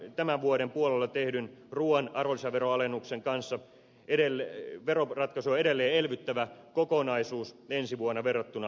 yhdessä tämän vuoden puolella tehdyn ruuan arvonlisäveron alennuksen kanssa veroratkaisu on edelleen elvyttävä kokonaisuus ensi vuonna verrattuna tähän vuoteen